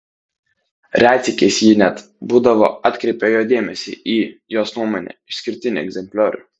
retsykiais ji net būdavo atkreipia jo dėmesį į jos nuomone išskirtinį egzempliorių